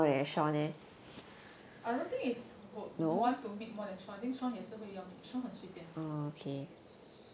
I don't think is would want to meet more than sean eh I think sean is 也是会要 meet sean 很随便